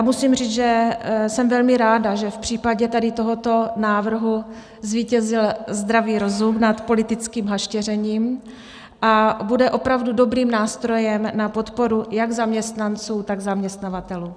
Musím říct, že jsem velmi ráda, že v případě tady tohoto návrhu zvítězil zdravý rozum nad politickým hašteřením, a bude opravdu dobrým nástrojem na podporu jak zaměstnanců, tak zaměstnavatelů.